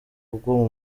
bwo